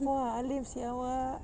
!wah! alim seh awak